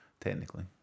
Technically